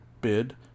bid